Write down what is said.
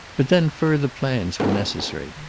but then further plans were necessary.